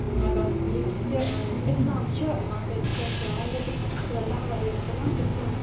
بَس یہِ یُس یہِ اِسلام چھِ مان ژٕ یہِ چھِ اَسہِ حضرتِ محمد صَلی اللہُ علیہِ وَسَلَم تٔمۍ سُںٛد